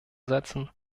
setzen